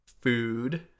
food